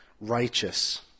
righteous